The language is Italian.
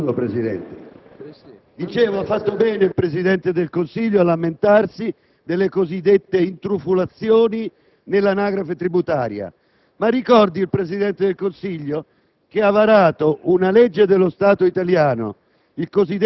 Ha fatto bene il Presidente del Consiglio a lamentarsi di qualcuno che è entrato a mettere il naso nell'anagrafe tributaria e nelle sue dichiarazioni... *(Il microfono